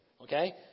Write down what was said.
Okay